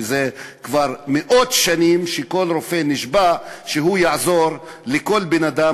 שכבר מאות שנים כל רופא נשבע שהוא יעזור לכל בן-אדם,